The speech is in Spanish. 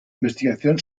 investigación